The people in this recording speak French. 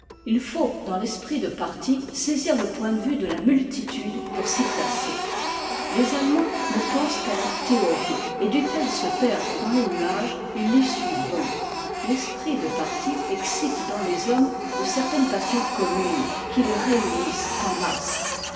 il faut dans l'esprit de parti saisit le point de vue de la multitude pour s'y placer les allemands ne pensent qu'à la théorie et dût-elle se perdre dans les nuages ils l'y suivront l'esprit de parti excite dans les hommes de certaines passions communes qui les réunissent en masse